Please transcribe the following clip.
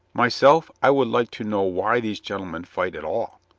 myself, i would like to know why these gentlemen fight at all.